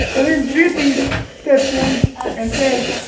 and then doopey steps in and says.